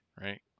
right